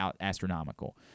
astronomical